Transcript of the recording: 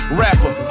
rapper